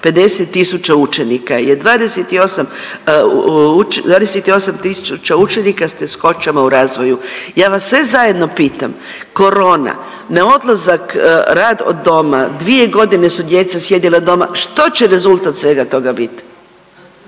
tisuća učenika je 28 tisuća učenika je s teškoćama u razvoju. Ja vas sve zajedno pitam, korona, na odlazak rad od doma, 2.g. su djeca sjedila doma, što će rezultat svega toga bit?